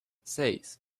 seis